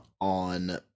on